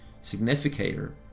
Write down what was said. significator